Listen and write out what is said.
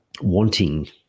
wanting